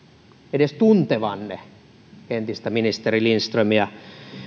edes tuntevanne entistä oikeusministeri lindströmiä